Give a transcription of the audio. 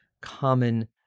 common